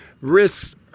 risks